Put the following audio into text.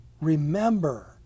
remember